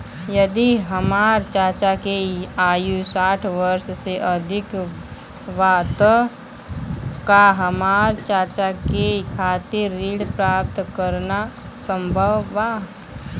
यदि हमार चाचा के आयु साठ वर्ष से अधिक बा त का हमार चाचा के खातिर ऋण प्राप्त करना संभव बा?